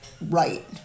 right